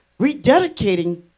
rededicating